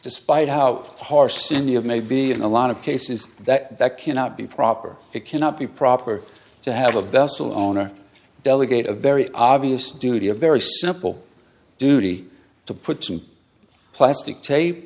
despite how horse any of may be in a lot of cases that that cannot be proper it cannot be proper to have a vessel owner delegate a very obvious duty a very simple duty to put some plastic tape